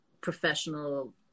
professional